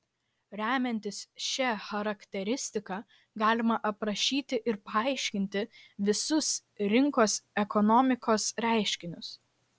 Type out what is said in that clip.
remiantis šia charakteristika galima aprašyti ir paaiškinti visus rinkos ekonomikos reiškinius